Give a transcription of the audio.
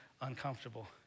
uncomfortable